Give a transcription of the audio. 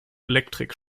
elektrik